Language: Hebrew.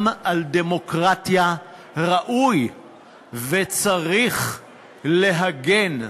גם על דמוקרטיה ראוי וצריך להגן,